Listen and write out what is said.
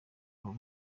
abo